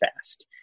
fast